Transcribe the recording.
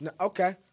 okay